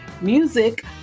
music